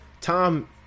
Tom